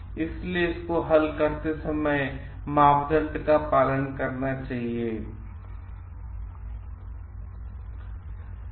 इसलिए हल करते समय मापदंड का पालन किया जाना चाहिए समस्या